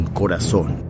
corazón